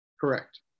Correct